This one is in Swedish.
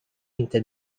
inte